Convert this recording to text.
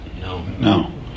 No